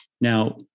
Now